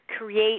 create